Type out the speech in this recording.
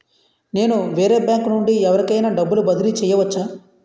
నేను వేరే బ్యాంకు నుండి ఎవరికైనా డబ్బు బదిలీ చేయవచ్చా?